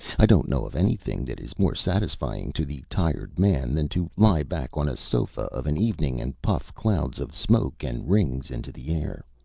i don't know of anything that is more satisfying to the tired man than to lie back on a sofa, of an evening, and puff clouds of smoke and rings into the air.